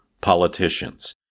politicians